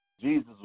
Jesus